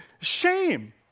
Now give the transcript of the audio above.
shame